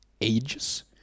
ages